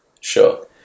Sure